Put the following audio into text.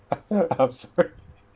I'm sorry